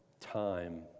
time